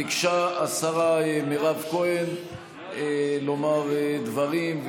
ביקשה השרה מירב כהן לומר דברים,